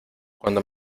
cuando